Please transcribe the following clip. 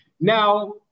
Now